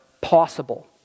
possible